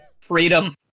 Freedom